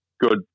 good